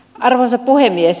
arvoisa puhemies